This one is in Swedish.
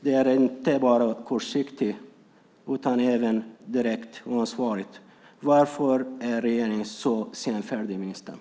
Det är inte bara kortsiktigt utan direkt oansvarigt. Varför är regeringen så senfärdig, ministern?